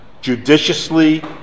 judiciously